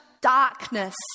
darkness